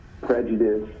prejudice